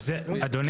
אני